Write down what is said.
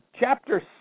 Chapter